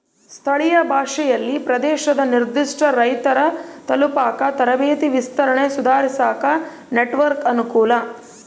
ಸ್ಥಳೀಯ ಭಾಷೆಯಲ್ಲಿ ಪ್ರದೇಶದ ನಿರ್ಧಿಷ್ಟ ರೈತರ ತಲುಪಾಕ ತರಬೇತಿ ವಿಸ್ತರಣೆ ಸುಧಾರಿಸಾಕ ನೆಟ್ವರ್ಕ್ ಅನುಕೂಲ